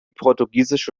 portugiesische